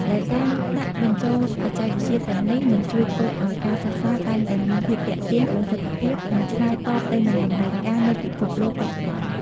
ដែលការដាក់បញ្ចូលបច្ចេកវិទ្យាទាំងនេះនឹងជួយធ្វើឱ្យការសិក្សាកាន់តែមានភាពទាក់ទាញ ប្រសិទ្ធភាព និងឆ្លើយតបទៅនឹងតម្រូវការនៃពិភពលោកបច្ចុប្បន្ន។